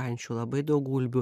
ančių labai daug gulbių